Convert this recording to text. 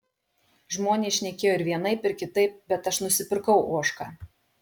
žmonės šnekėjo ir vienaip ir kitaip bet aš nusipirkau ožką